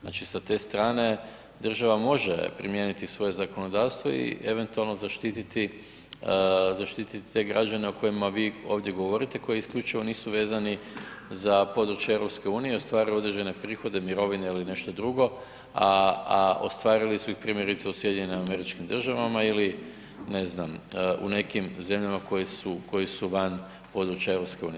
Znači sa te strane država može primijeniti svoje zakonodavstvo i eventualno zaštiti te građane o kojima vi ovdje govorite i koji isključivo nisu vezani za područje EU i ostvaruju određene prihode, mirovine ili nešto drugo, a ostvarili su ih primjerice u SAD-u ili ne znam u nekim zemljama koje su van područja EU.